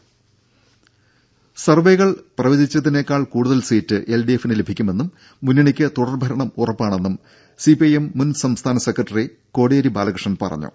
ദ്ദേ സർവേകൾ പ്രവചിച്ചതിനെക്കാൾ കൂടുതൽ സീറ്റ് എൽ ഡി എഫിന് ലഭിക്കുമെന്നും മുന്നണിക്ക് തുടർഭരണം ഉറപ്പാണെന്നും സി പി എം മുൻ സംസ്ഥാന സെക്രട്ടറി കോടിയേരി ബാലകൃഷ്ണൻ പറഞ്ഞു